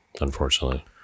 unfortunately